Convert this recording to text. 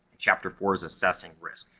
chapter four is assessing risks.